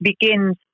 begins